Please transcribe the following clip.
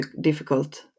difficult